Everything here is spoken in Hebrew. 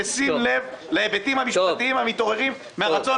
"בשים לב להיבטים המשפטיים המתעוררים מרצון